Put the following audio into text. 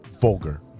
vulgar